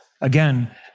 Again